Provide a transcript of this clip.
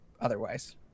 otherwise